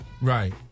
right